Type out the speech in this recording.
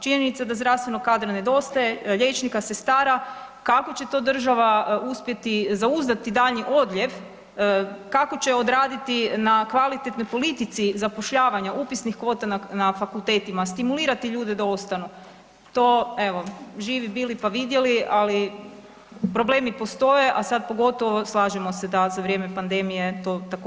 Činjenica je da zdravstvenog kadra nedostaje, liječnika, sestara, kako će to država uspjeti zauzdati daljnji odljev, kako će odraditi na kvalitetnoj politici zapošljavanja upisnih kvota na fakultetima, stimulirati ljude da ostanu, to evo, živi bili pa vidjeli, ali problemi postoje, a sad pogotovo, slažemo se da za vrijeme pandemije to također, dolazi do izražaja.